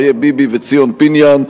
אריה ביבי וציון פיניאן.